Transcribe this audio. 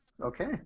Okay